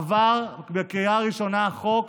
עבר בקריאה ראשונה חוק